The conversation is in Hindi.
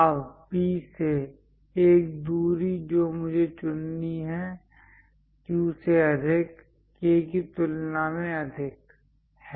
अब P से एक दूरी जो मुझे चुननी है Q से अधिक K की तुलना में अधिक है